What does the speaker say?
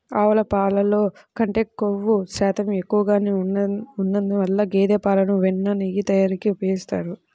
ఆవు పాలల్లో కంటే క్రొవ్వు శాతం ఎక్కువగా ఉన్నందువల్ల గేదె పాలను వెన్న, నెయ్యి తయారీకి ఉపయోగిస్తారు